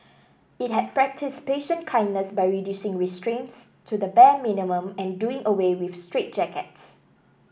it had practised patient kindness by reducing restraints to the bare minimum and doing away with straitjackets